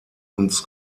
uns